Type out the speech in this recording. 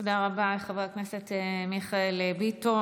תודה רבה, חבר הכנסת מיכאל ביטון.